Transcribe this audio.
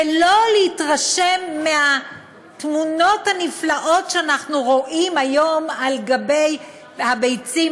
ולא להתרשם מהתמונות הנפלאות שאנחנו רואים היום על גבי הביצים,